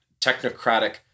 technocratic